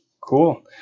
Cool